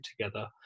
together